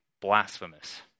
blasphemous